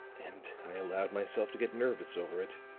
and i allowed myself to get nervous over it.